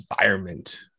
environment